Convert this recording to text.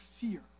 fear